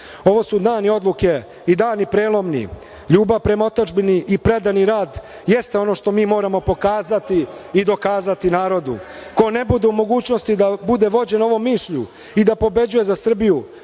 su dani odluke i dani prelomni. Ljubav prema otadžbini i predani rad jeste ono što mi moramo pokazati i dokazati narodu. Ko ne bude u mogućnosti da bude vođen ovom mišlju i da pobeđuje za Srbiju,